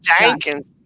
Jenkins